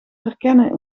herkennen